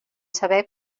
saber